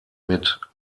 mit